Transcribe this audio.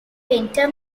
winter